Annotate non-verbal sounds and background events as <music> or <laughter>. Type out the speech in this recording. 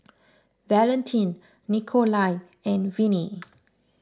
Valentin Nikolai and Vinnie <noise>